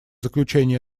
заключения